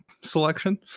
selection